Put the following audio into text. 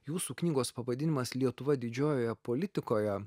jūsų knygos pavadinimas lietuva didžiojoje politikoje